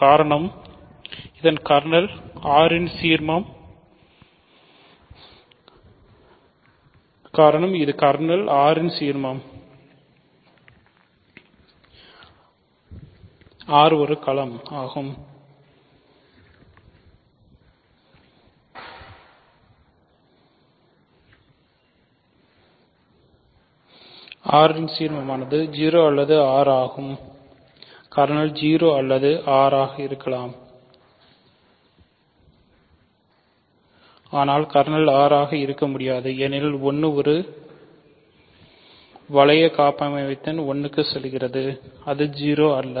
kernel 0 அல்லது R ஆக இருக்கலாம் ஆனால் கர்னல் R ஆக இருக்க முடியாது ஏனெனில் 1 ஒரு வளைய காப்பமைவியத்தில் 1 க்கு செல்கிறது அது 0 அல்ல